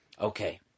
Okay